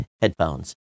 headphones